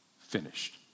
finished